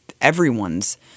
everyone's